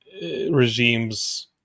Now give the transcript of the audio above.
regimes